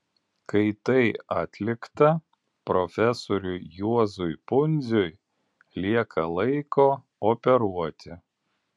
kai tai atlikta profesoriui juozui pundziui lieka laiko operuoti